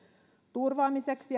turvaamiseksi